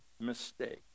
mistake